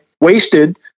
wasted